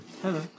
Hello